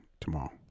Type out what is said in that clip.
tomorrow